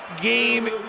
game